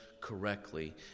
correctly